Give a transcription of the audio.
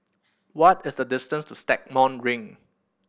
what is the distance to Stagmont Ring